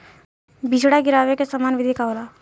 बिचड़ा गिरावे के सामान्य विधि का होला?